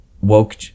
woke